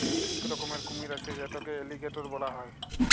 ইক রকমের কুমির আছে যেটকে এলিগ্যাটর ব্যলা হ্যয়